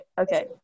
Okay